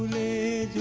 a